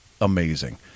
amazing